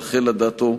רחל אדטו,